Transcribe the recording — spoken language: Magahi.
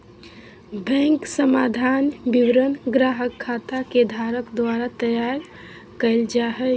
बैंक समाधान विवरण ग्राहक खाता के धारक द्वारा तैयार कइल जा हइ